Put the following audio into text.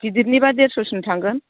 गिदिरनिबा देरस'सिम थांगोन